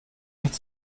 nicht